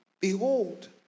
Behold